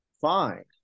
Fine